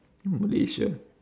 malaysia